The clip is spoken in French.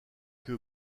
que